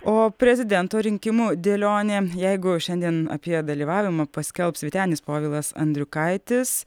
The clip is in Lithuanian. o prezidento rinkimų dėlionė jeigu šiandien apie dalyvavimą paskelbs vytenis povilas andriukaitis